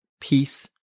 Peace